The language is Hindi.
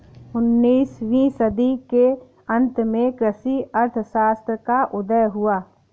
उन्नीस वीं सदी के अंत में कृषि अर्थशास्त्र का उदय हुआ